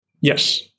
Yes